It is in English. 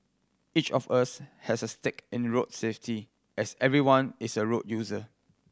each of us has a stake in road safety as everyone is a road user